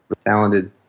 talented